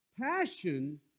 Passion